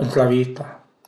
ënt la vitta